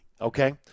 okay